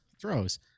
throws